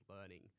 learning